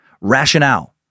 rationale